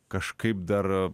kažkaip dar